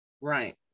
Right